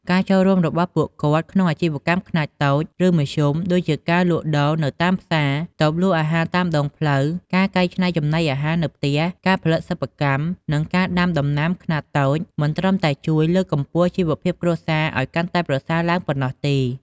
ការចូលរួមរបស់ពួកគាត់ក្នុងអាជីវកម្មខ្នាតតូច ឬមធ្យម ដូចជា ការលក់ដូរនៅតាមផ្សារ តូបលក់អាហារតាមដងផ្លូវ ការកែច្នៃចំណីអាហារនៅផ្ទះ ការផលិតសិប្បកម្ម និងការដាំដំណាំខ្នាតតូច មិនត្រឹមតែជួយលើកកម្ពស់ជីវភាពគ្រួសារឱ្យកាន់តែប្រសើរឡើងប៉ុណ្ណោះទេ។